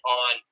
on